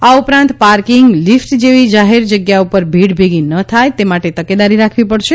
આ ઉપરાંત parking lift જેવી જાહેર જગ્યા ઉપર ભીડ ભેગી ન થાય તે માટે તકેદારી રાખવી પડશે